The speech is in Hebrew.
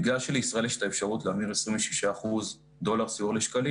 בגלל שלישראל יש את האפשרות להמיר 26% דולר סיוע לשקלים